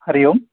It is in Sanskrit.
हरि ओम्